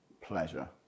pleasure